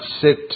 sit